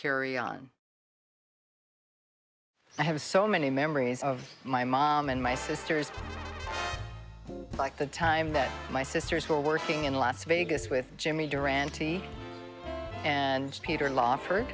carry on i have so many memories of my mom and my sisters like the time that my sisters were working in las vegas with jimmy durante and peter lawfor